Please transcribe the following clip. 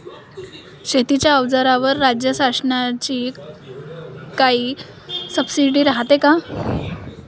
शेतीच्या अवजाराईवर राज्य शासनाची काई सबसीडी रायते का?